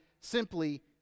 simply